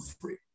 free